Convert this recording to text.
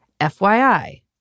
FYI